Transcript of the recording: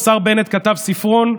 השר בנט כתב ספרון,